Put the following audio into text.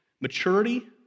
Maturity